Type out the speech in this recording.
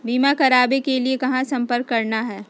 बीमा करावे के लिए कहा संपर्क करना है?